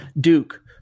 Duke